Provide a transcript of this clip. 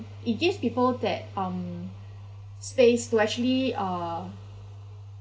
it gives people that um space to actually uh